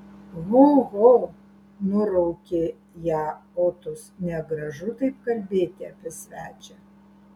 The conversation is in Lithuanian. ho ho nuraukė ją otus negražu taip kalbėti apie svečią